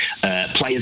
Players